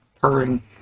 purring